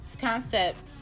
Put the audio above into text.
Concepts